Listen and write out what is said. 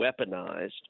weaponized